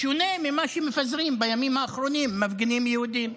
בשונה ממה שמפזרים בימים האחרונים מפגינים יהודים: